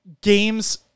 Games